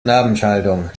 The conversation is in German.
narbenschaltung